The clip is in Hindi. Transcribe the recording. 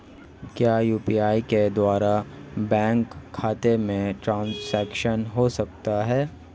क्या यू.पी.आई के द्वारा बैंक खाते में ट्रैन्ज़ैक्शन हो सकता है?